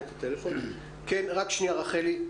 רחלי,